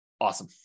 Awesome